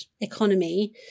economy